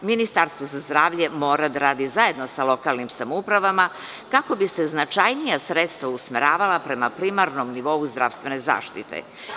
Ministarstvo za zdravlje, mora da radi zajedno sa lokalnim samoupravama, kako bi se značajnija sredstva usmeravala prema primarnom nivou zdravstvene zaštite.